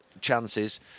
chances